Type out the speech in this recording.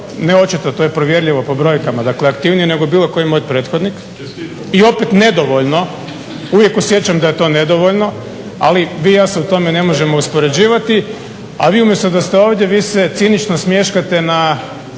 ne očito to je provjerljivo po brojkama, dakle aktivniji nego bilo koji moji prethodnik i opet nedovoljno, uvijek osjećam da je to nedovoljno ali vi i ja se u tome ne možemo uspoređivati. A vi umjesto da ste ovdje vi se cinično smješkate na